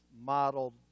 modeled